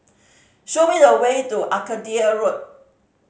show me the way to Arcadia Road